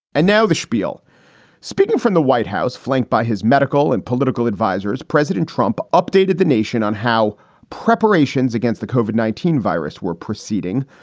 and now the spiel speaking from the white house, flanked by his medical and political advisers, president trump updated the nation on how preparations against the covered nineteen virus were proceeding.